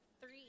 three